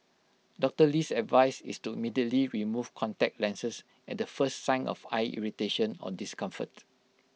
Doctor Lee's advice is to immediately remove contact lenses at the first sign of eye irritation or discomfort